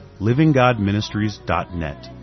livinggodministries.net